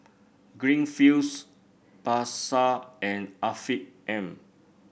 Greenfields Pasar and Afiq M